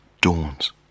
dawns